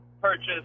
purchase